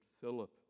Philip